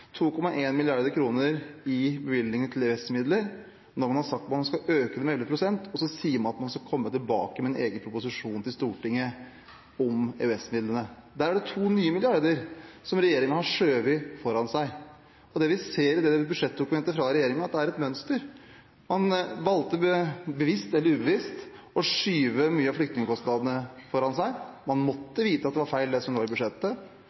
i bevilgninger til EØS-midler når man har sagt at man skal øke med 11 pst. Og så sier man at man skal komme tilbake med en egen proposisjon til Stortinget om EØS-midlene. Der er det to nye milliarder som regjeringen har skjøvet foran seg. Det vi ser i det budsjettdokumentet fra regjeringen, er at det er et mønster. Man valgte bevisst eller ubevisst å skyve mye av flyktningkostnadene foran seg. Man måtte vite at det var feil det som lå i budsjettet.